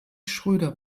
schröder